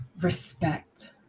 respect